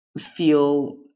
feel